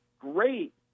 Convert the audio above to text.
great